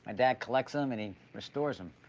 and dad collects em and he restores em.